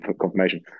confirmation